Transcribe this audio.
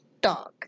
Dog